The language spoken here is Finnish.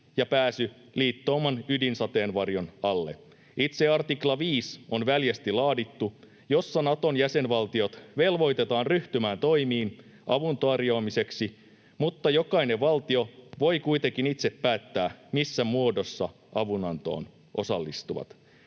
ja pääsy liittouman ydinsateenvarjon alle. Itse artikla 5 on väljästi laadittu: siinä Naton jäsenvaltiot velvoitetaan ryhtymään toimiin avun tarjoamiseksi, mutta jokainen valtio voi kuitenkin itse päättää, missä muodossa avunantoon osallistuu.